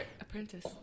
apprentice